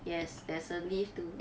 yes there's a lift to